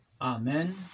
Amen